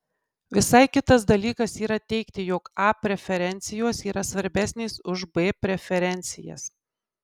visai kitas dalykas yra teigti jog a preferencijos yra svarbesnės už b preferencijas